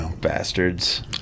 Bastards